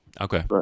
Okay